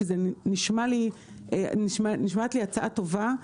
כי זו נשמעת לי הצעה טובה.